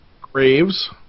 Graves